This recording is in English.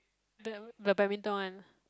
the the badminton one